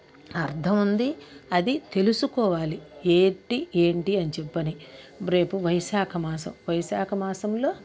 అర్థం ఉంది అది తెలుసుకోవాలి ఏటి ఏంటి అని చెప్పని రేపు వైశాఖమాసం వైశాఖమాసంలో